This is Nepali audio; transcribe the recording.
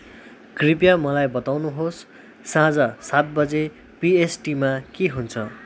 कृपया मलाई बताउनुहोस् साँझ सात बजे पीएसटीमा के हुन्छ